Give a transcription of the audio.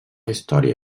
història